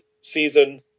season